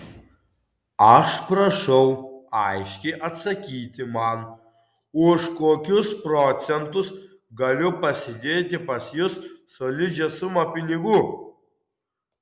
aš prašau aiškiai atsakyti man už kokius procentus galiu pasidėti pas jus solidžią sumą pinigų